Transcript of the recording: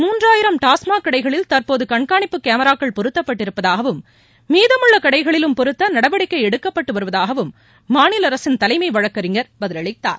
மூன்றாயிரம் டாஸ்மாக் கடைகளில் தற்போது கண்காணிப்பு கேமிராக்கள் பொருத்தப்பட்டிருப்பதாகவும் மீதமுள்ள கடைகளிலும் பொருத்த நடவடிக்கை எடுக்கப்பட்டு வருவதாகவும் மாநில அரசின் தலைமை வழக்கறிஞர் பதிலளித்தார்